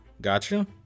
Gotcha